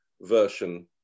version